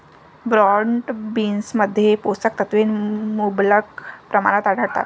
broad बीन्समध्ये पोषक तत्वे मुबलक प्रमाणात आढळतात